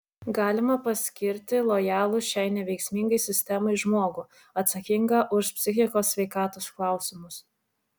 galima paskirti lojalų šiai neveiksmingai sistemai žmogų atsakingą už psichikos sveikatos klausimus